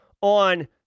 on